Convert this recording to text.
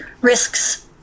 risks